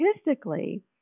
statistically